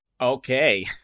Okay